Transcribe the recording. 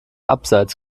abseits